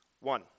one